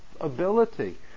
ability